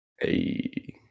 Hey